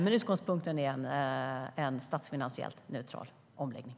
Men utgångspunkten är en statsfinansiell neutral omläggning.